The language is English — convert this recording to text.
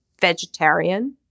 vegetarian